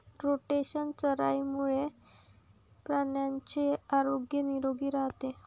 rotational चराईमुळे प्राण्यांचे आरोग्य निरोगी राहते